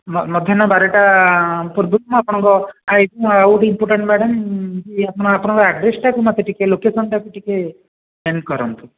ମଧ୍ୟାହ୍ନ ବାରଟା ପୂର୍ବରୁ ମୁଁ ଆପଣଙ୍କ ମୁଁ ଆଉ ଗୋଟେ ଇମ୍ପୋଟାଣ୍ଟ୍ ମ୍ୟାଡ଼ମ୍ ୟେ ଆପଣ ଆପଣଙ୍କ ଆଡ୍ରେସ୍ଟାକୁ ମୋତେ ଟିକିଏ ଲୋକେସନ୍ଟାକୁ ଟିକିଏ ସେଣ୍ଡ୍ କରନ୍ତୁ